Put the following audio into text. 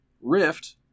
Rift